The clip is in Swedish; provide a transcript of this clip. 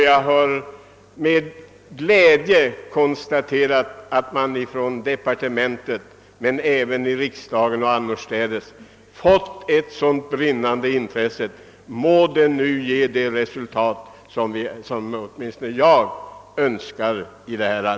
Jag har med glädje konstaterat att det både i departementet och riksdagen liksom annorstädes blivit ett brinnande intresse för dessa frågor. Må nu detta ge de resultat som åtminstone jag önskar!